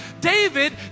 David